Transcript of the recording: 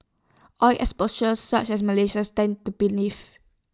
oil exporters such as Malaysia stand to benefit